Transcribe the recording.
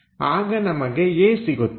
ಆಗ ನಮಗೆ a ಸಿಗುತ್ತದೆ